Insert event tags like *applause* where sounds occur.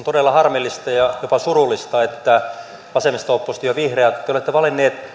*unintelligible* todella harmillista ja jopa surullista että te vasemmisto oppositio vihreät olette valinneet